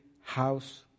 house